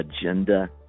agenda